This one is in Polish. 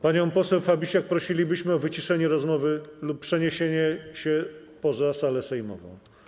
Panią poseł Fabisiak prosilibyśmy o wyciszenie rozmowy lub przeniesienie się poza salę sejmową.